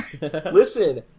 Listen